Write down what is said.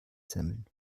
semmeln